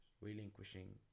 relinquishing